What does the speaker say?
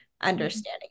understanding